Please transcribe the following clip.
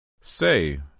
Say